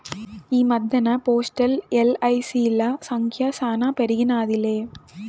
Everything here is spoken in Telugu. ఈ మద్దెన్న పోస్టల్, ఎల్.ఐ.సి.ల సంఖ్య శానా పెరిగినాదిలే